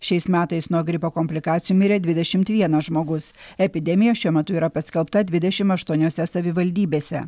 šiais metais nuo gripo komplikacijų mirė dvidešimt vienas žmogus epidemija šiuo metu yra paskelbta dvidešimt aštuoniose savivaldybėse